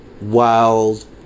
wild